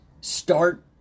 start